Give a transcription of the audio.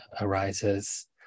arises